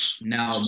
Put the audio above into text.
now